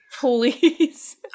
Please